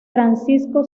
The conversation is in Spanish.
francisco